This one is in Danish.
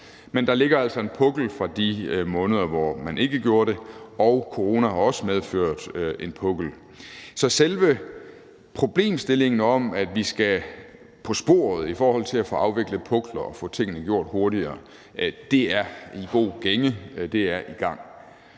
Men der ligger altså en pukkel fra de måneder, hvor man ikke gjorde det, og coronaen har også medført en pukkel. Så selve problemstillingen om, at vi skal på sporet i forhold til at få afviklet pukler og få tingene gjort hurtigere, er i god gænge; det er i gang.